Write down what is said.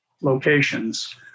locations